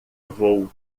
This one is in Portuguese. vou